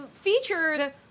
featured